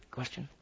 question